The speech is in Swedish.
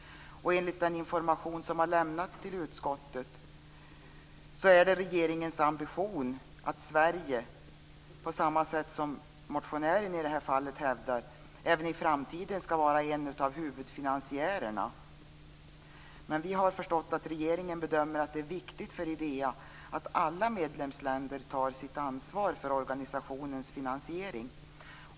Enligt den information som har lämnats till utskottet är det regeringens ambition att Sverige, på samma sätt som motionären hävdar, även i framtiden skall vara en av huvudfinansiärerna. Vi har förstått att regeringen bedömer att det är viktigt för IDEA att alla medlemsländer tar sitt ansvar för finansieringen av organisationer.